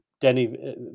Denny